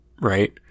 right